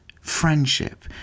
friendship